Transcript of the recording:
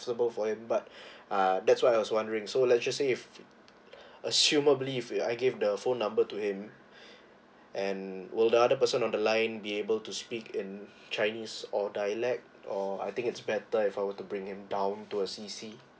comfortable for him but uh that's why I was wondering so let's just say if uh she will believe it I gave the phone number to him and will the are the person on the line be able to speak in chinese or dialect or I think it's better if I were to bring him down to a C_C